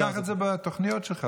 קח את זה בתוכניות שלך.